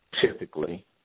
typically